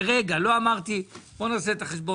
לרגע לא אמרתי: "בואו נעשה את החשבון